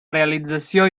realització